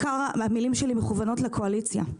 המילים שלי מכוונות בעיקר לקואליציה: